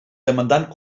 demandant